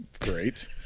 great